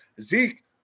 Zeke